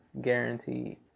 guaranteed